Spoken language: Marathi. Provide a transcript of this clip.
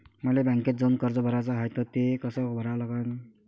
मले बँकेत जाऊन कर्ज भराच हाय त ते कस करा लागन?